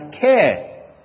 care